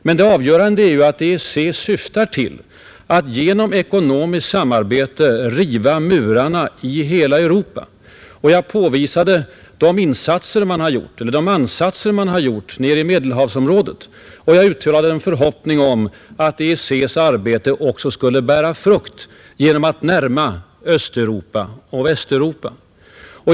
Men det helt avgörande är att EEC syftar till att genom ekonomiskt samarbete riva murarna i hela Europa. Jag påvisade de ansatser man gjort nere i Medelhavsområdet. Jag uttalade en förhoppning om att EEC:s arbete också skulle bära frukt genom att närma även Östeuropa och Västeuropa till varandra.